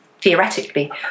Theoretically